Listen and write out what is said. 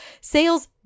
sales